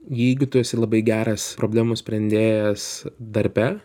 jeigu tu esi labai geras problemų sprendėjas darbe